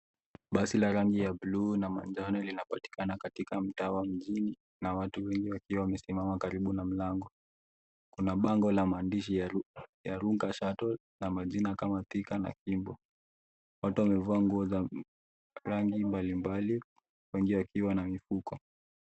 Basi ya rangi ya bluu na manjano linapatikana katika mtaa wa mjini, na watu wengi wakiwa wamesimama karibu na mlango. Kuna bango la maandishi ya Runga Shuttle na majina kama Thika na Kimbo. Watu wamevaa nguo za rangi mbalimbali, wengi wakiwa na mifuko.